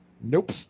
Nope